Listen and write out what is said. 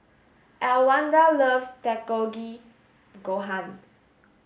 Elwanda loves Gohan